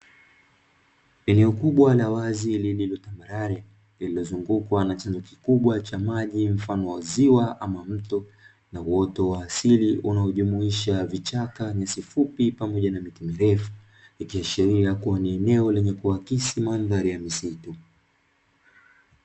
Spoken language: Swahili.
Eneo kubwa la wazi lililo tambarare lililozungukwa na chanzo kikubwa cha maji mfano wa ziwa ama mto na uoto wa asili unaojumuisha vichaka, nyasi fupi pamoja na miti mirefu; ikiashiria kuwa ni eneo lenye kuakisi mandhari ya misitu.